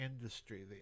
industry